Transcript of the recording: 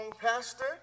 Pastor